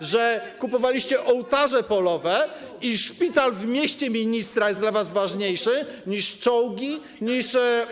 O to, że kupowaliście ołtarze polowe, a szpital w mieście ministra jest dla was ważniejszy niż czołgi, niż.